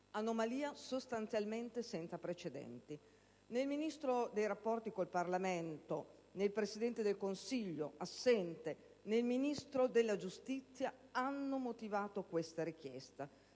anomalia sostanzialmente senza precedenti. Né il Ministro dei rapporti con il Parlamento, né il Presidente del Consiglio, assente, né il Ministro della giustizia hanno motivato questa richiesta.